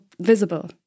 visible